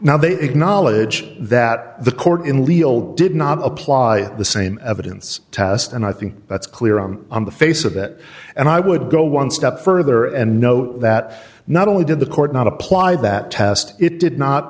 now they acknowledge that the court in legal did not apply the same evidence test and i think that's clear on the face of it and i would go one step further and note that not only did the court not apply that test it did not